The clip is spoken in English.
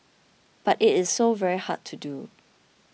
but it is so very hard to do